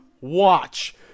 Watch